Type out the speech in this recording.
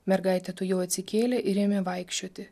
mergaitė tuojau atsikėlė ir ėmė vaikščioti